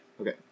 Okay